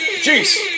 Jeez